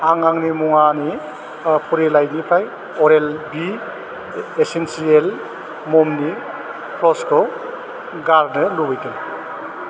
आं आंनि मुवानि फरिलाइनिफ्राय अरेल बि एसेन्सियेल ममनि फ्लसखौ गारनो लुबैदों